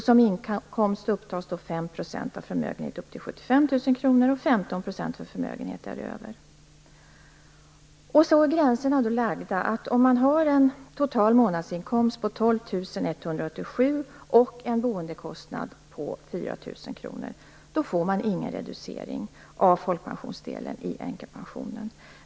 Som inkomst upptas 5 % av förmögenhet upp till 75 000 kr och Gränserna är lagda så, att om man har en total månadsinkomst på 12 187 kr och en boendekostnad på 4 000 kr får man ingen reducering av folkpensionsdelen av änkepensionen.